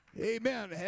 Amen